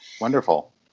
Wonderful